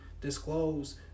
disclose